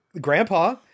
Grandpa